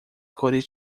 cores